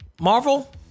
marvel